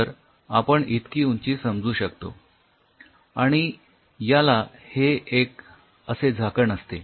तर आपण इतकी उंची समजू शकतो आणि याला हे असे एक झाकण असते